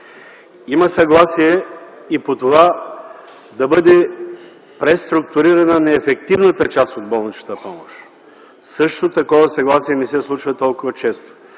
Има съгласие и по това да бъде преструктурирана неефективната част от болничната помощ. Такова съгласие също не се случва толкова често.